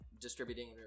distributing